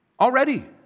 already